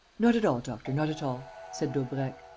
not at all, doctor, not at all, said daubrecq.